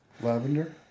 lavender